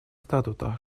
статута